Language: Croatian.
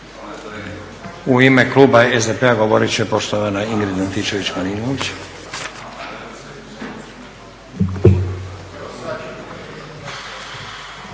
U ime kluba SDP-a govorit će poštovana Ingrid Antičević-Marinović.